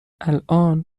الان